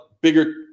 bigger